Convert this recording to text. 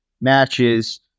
matches